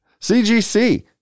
CGC